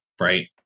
right